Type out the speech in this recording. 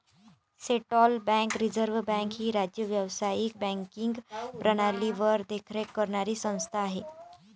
central bank reserve bank ही राज्य व्यावसायिक बँकिंग प्रणालीवर देखरेख करणारी संस्था आहे